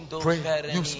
pray